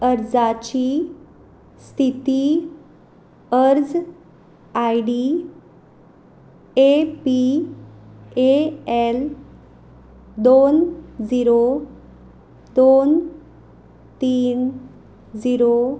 अर्जाची स्थिती अर्ज I D A P A L दोन झिरो दोन तीन झिरो